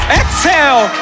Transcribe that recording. exhale